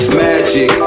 magic